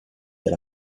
alla